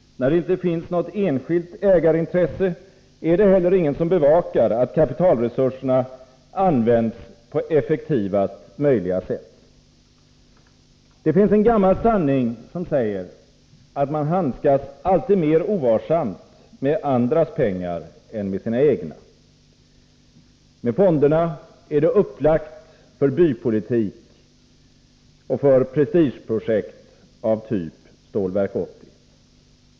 När det inte finns något enskilt ägarintresse, är det heller ingen som bevakar att kapitalresurserna används på effektivaste möjliga sätt. Det finns en gammal sanning som säger, att man handskas alltid mer ovarsamt med andras pengar än med sina egna. Med fonderna är det upplagt för bypolitik och prestigeprojekt av typ Stålverk 80.